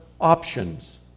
options